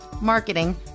marketing